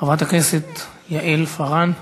חבר הכנסת אראל מרגלית.